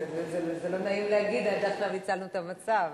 זה לא נעים להגיד, עכשיו הצלנו את המצב.